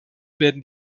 werden